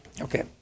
Okay